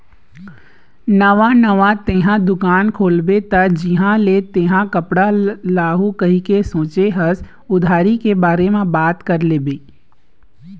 नवा नवा तेंहा दुकान खोलबे त जिहाँ ले तेंहा कपड़ा लाहू कहिके सोचें हस उधारी के बारे म बात कर लेबे